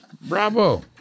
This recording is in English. Bravo